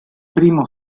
primo